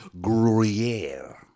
gruyere